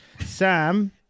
Sam